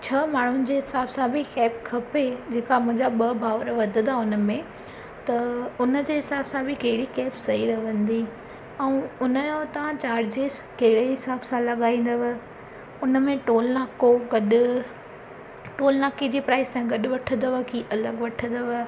छह माण्हुनि जे हिसाब सां बि कैब खपे जेका मुंहिंजा ॿ भाउर वधदा उनमें त उनजे हिसाब सां बि कहिड़ी कैब सही रहंदी ऐं उनजो तव्हां चार्जिस कहिड़े हिसाब सां लॻाईंदव उनमें टोल नाको गॾु टोल नाके जे प्राइस सां गॾु वठंदव की अलॻि वठंदव